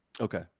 Okay